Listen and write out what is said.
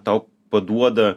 tau paduoda